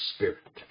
Spirit